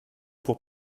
pour